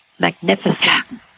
magnificent